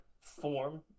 form